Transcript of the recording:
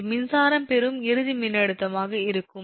இது மின்சாரம் பெறும் இறுதி மின்னழுத்தமாக இருக்கும்